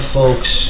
folks